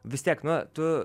vis tiek na tu